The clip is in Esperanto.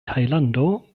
tajlando